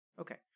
Okay